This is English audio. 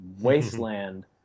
wasteland